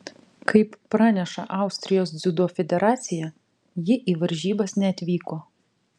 kaip praneša austrijos dziudo federacija ji į varžybas neatvyko